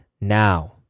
now